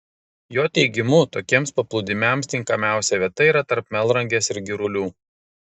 jo teigimu tokiems paplūdimiams tinkamiausia vieta yra tarp melnragės ir girulių